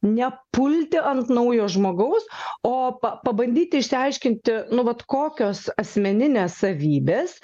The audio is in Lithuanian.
nepulti ant naujo žmogaus o pa pabandyti išsiaiškinti nu vat kokios asmeninės savybės